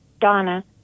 donna